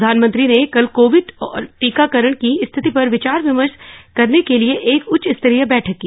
प्रधानमंत्री ने कल कोविड और टीकाकरण की स्थिति पर विचार विमर्श करने के लिए एक उच्च स्तरीय बैठक की